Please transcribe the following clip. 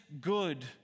good